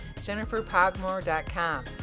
jenniferpogmore.com